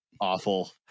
awful